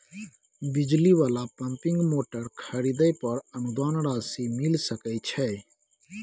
बिजली वाला pumping motor खरीदे पर अनुदान राशि मिल सके छैय?